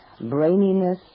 braininess